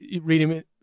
reading